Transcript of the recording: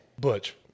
Butch